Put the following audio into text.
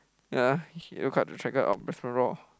ya Brisbane-Roar